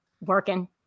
Working